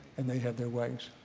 and they have their ways.